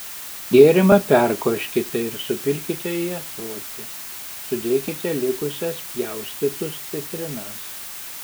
gėrimą perkoškite ir supilkite į ąsotį sudėkite likusias pjaustytus citrinas